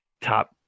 top